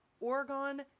Oregon